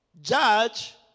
judge